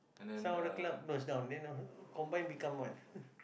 some of the club close down then now combine become what